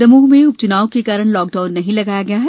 दमोह में उपच्नाव के कारण लॉकडाउन नहीं लगाया गया है